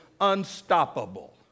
unstoppable